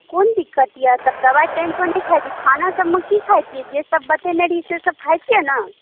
कोन दिक्कत अइ तऽ दवाइ टाइमपर नहि खाइ छी खाना सबमे कि खाइ छिए जे सब बतेने रही से सब खाइ छिए ने